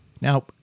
now